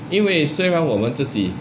因为虽然我们自己